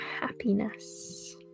happiness